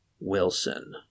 Wilson